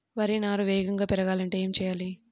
వరి నారు వేగంగా పెరగాలంటే ఏమి చెయ్యాలి?